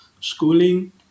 schooling